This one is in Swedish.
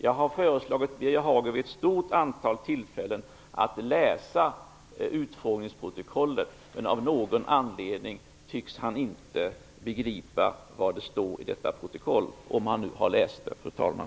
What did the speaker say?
Jag har vid ett stort antal tillfällen föreslagit Birger Hagård att läsa utfrågningsprotokollet, men av någon anledning tycks han inte begripa vad som står i detta protokoll -- om han nu har läst det, fru talman.